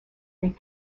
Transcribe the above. des